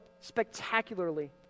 spectacularly